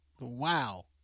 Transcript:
Wow